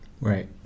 Right